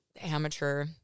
amateur